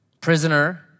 prisoner